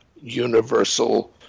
universal